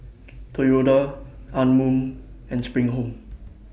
Toyota Anmum and SPRING Home